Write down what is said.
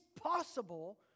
possible